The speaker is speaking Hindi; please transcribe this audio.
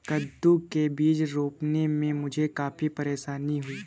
कद्दू के बीज रोपने में मुझे काफी परेशानी हुई